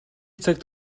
цагт